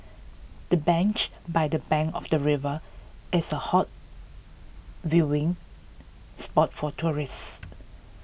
the bench by the bank of the river is A hot viewing spot for tourists